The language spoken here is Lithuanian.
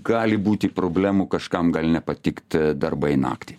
gali būti problemų kažkam gali nepatikt darbai naktį